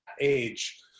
age